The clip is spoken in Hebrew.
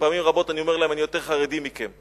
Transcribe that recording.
שפעמים רבות אני אומר להם: אני יותר חרדי מכם.